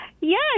Yes